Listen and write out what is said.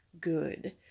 good